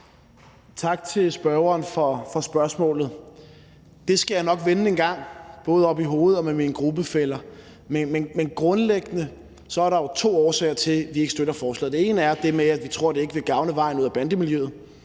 Tak til spørgeren for spørgsmålet. Det skal jeg nok vende en gang både oppe i hovedet og med mine gruppefæller, men grundlæggende er der jo to årsager til, at vi ikke støtter forslaget. Den ene er det med, at vi tror, at det ikke vil gavne vejen ud af bandemiljøet